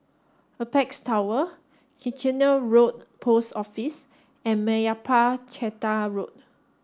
Apex Tower Kitchener Road Post Office and Meyappa Chettiar Road